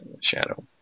shadow